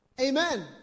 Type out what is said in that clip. amen